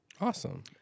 Awesome